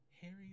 Harry